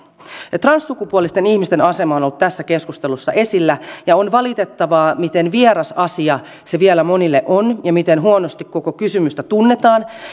transsukupuolisten ihmisten asema on ollut tässä keskustelussa esillä ja on valitettavaa miten vieras asia se vielä monille on ja miten huonosti koko kysymystä tunnetaan